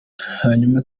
hanyuma